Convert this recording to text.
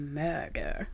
murder